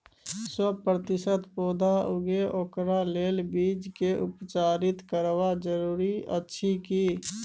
सौ प्रतिसत पौधा उगे ओकरा लेल बीज के उपचारित करबा जरूरी अछि की?